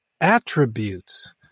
attributes